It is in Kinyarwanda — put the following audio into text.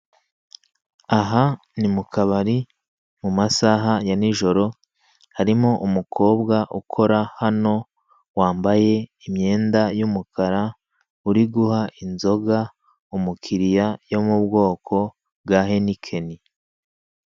Aha ni mu kabari mu masaha ya nijoro, harimo umukobwa ukora hano wambaye imyenda y'umukara uri guha inzoga umukiriya yo mu bwoko bwa henikeni.